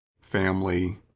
family